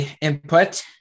input